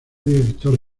director